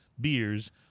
beers